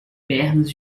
pernas